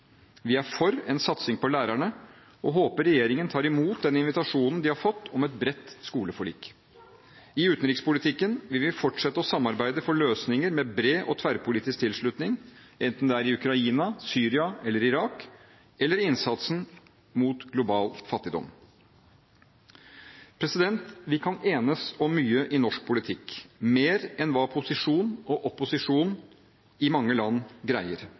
Vi er for en satsing på lærerne og håper regjeringen tar imot den invitasjonen de har fått om et bredt skoleforlik. I utenrikspolitikken vil vi fortsette å samarbeide for løsninger med bred og tverrpolitisk tilslutning, enten det er i Ukraina, i Syria eller i Irak, eller i innsatsen mot global fattigdom. Vi kan enes om mye i norsk politikk, mer enn hva posisjon og opposisjon i mange land greier.